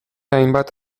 hainbat